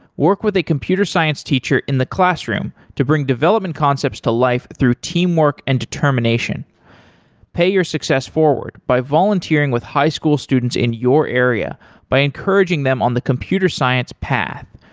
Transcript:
work with a computer science teacher in the classroom to bring development concepts to life through teamwork and determination pay your success forward by volunteering with high school students in your area by encouraging them on the computer science path.